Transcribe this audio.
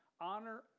Honor